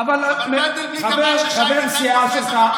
אבל מנדלבליט אמר ששי ניצן תופס אותו בגרון.